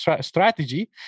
strategy